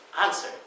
answer